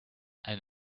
and